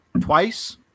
twice